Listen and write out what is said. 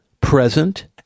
present